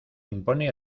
impone